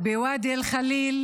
בוואדי אל-ח'ליל